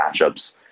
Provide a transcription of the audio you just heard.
matchups